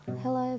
hello